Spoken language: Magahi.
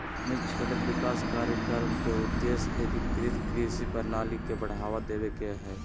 वारानी क्षेत्र विकास कार्यक्रम के उद्देश्य एकीकृत कृषि प्रणाली के बढ़ावा देवे के हई